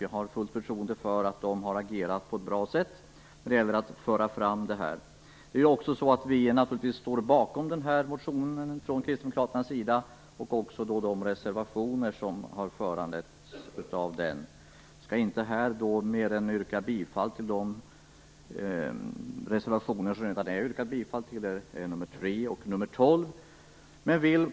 Jag har fullt förtroende för att de har agerat på ett bra sätt när det gällt att föra fram motionens förslag. Vi står från kristdemokraternas sida naturligtvis bakom denna motion och även bakom de reservationer som den har föranlett. Jag nöjer mig med att yrka bifall till reservationerna nr 3 och nr 12, som det här redan har yrkats bifall till.